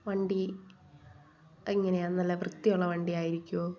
വണ്ടി എങ്ങനെയാണ് നല്ല വൃത്തിയുള്ള വണ്ടിയായിരിക്കുവോ